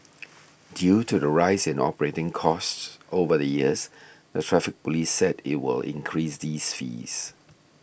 due to the rise in operating costs over the years the Traffic Police said it will increase these fees